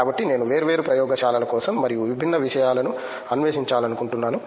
కాబట్టి నేను వేర్వేరు ప్రయోగశాలల కోసం మరియు విభిన్న విషయాలను అన్వేషించాలనుకుంటున్నాను